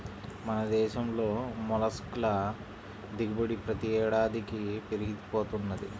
మన దేశంలో మొల్లస్క్ ల దిగుబడి ప్రతి ఏడాదికీ పెరిగి పోతున్నది